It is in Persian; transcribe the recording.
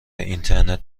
اینترنت